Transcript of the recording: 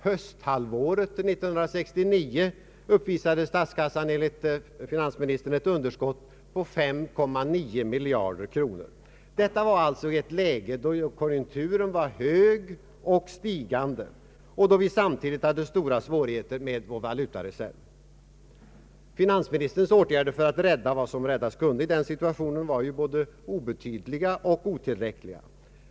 Hösthalvåret 1969 uppvisade statskassan enligt finansministern ett underskott på 5,9 miljarder kronor, detta alltså i ett läge då konjunkturen var hög och stigande och då vi samtidigt hade stora svårigheter med vår valutareserv. Finansministerns åtgärder för att rädda vad som räddas kunde i den situationen var ju både obetydliga och otill räckliga.